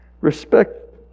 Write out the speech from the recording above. Respect